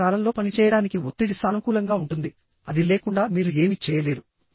మీరు సకాలంలో పనిచేయడానికి ఒత్తిడి సానుకూలంగా ఉంటుంది అది లేకుండా మీరు ఏమీ చేయలేరు